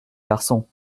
garçon